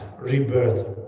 rebirth